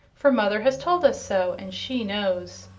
for mother has told us so, and she knows.